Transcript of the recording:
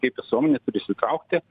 kaip visuomenė turi įsitraukti